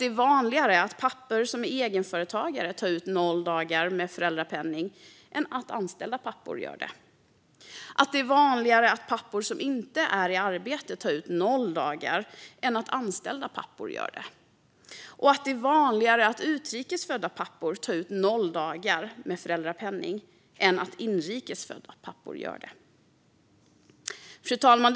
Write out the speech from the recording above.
Det är också vanligare att pappor som är egenföretagare tar ut noll dagar med föräldrapenning än att anställda pappor gör det. Det är vanligare att pappor som inte är i arbete tar ut noll dagar än att anställda pappor gör det. Och det är vanligare att utrikes födda pappor tar ut noll dagar med föräldrapenning än att inrikes födda pappor gör det. Fru talman!